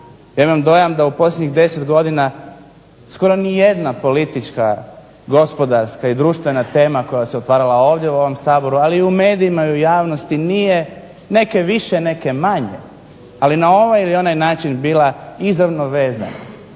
Ja imam dojam da u posljednjih 10 godina skoro nijedna politička, gospodarska i društvena tema koja se otvarala ovdje u ovom Saboru, ali i u medijima i u javnosti nije, neke više, neke manje, ali na ovaj ili onaj način bila izravno vezana